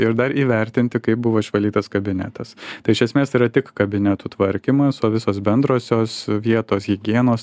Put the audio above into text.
ir dar įvertinti kaip buvo išvalytas kabinetas tai iš esmės yra tik kabinetų tvarkymui o visos bendrosios vietos higienos